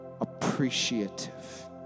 appreciative